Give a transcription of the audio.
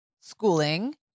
schooling